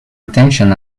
attention